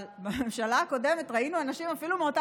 אבל בממשלה הקודמת ראינו אנשים אפילו מאותה